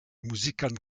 muzikan